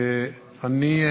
אני,